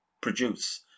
produce